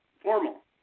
formal